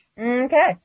Okay